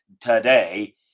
today